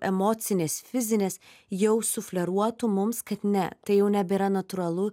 emocinės fizinės jau sufleruotų mums kad ne tai jau nebėra natūralu